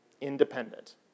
independent